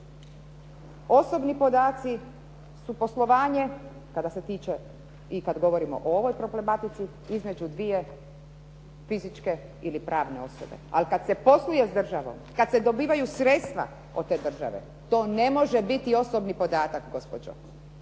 Osobni podaci su poslovanje kada se tiče i kad govorimo o ovoj problematici između dvije fizičke ili pravne osobe. Ali kad se posluje s državom, kad se dobivaju sredstva od te države, to ne može biti osobni podatak gospođo